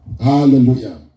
Hallelujah